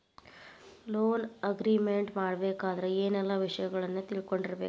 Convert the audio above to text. Loan agreement ಮಾಡ್ಬೆಕಾದ್ರ ಏನೆಲ್ಲಾ ವಿಷಯಗಳನ್ನ ತಿಳ್ಕೊಂಡಿರ್ಬೆಕು?